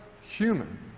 human